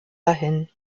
dahin